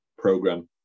program